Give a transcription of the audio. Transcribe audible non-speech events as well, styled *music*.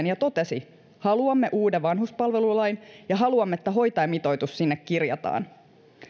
*unintelligible* ja totesi haluamme uuden vanhuspalvelulain ja haluamme että hoitajamitoitus sinne kirjataan